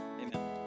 Amen